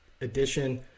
edition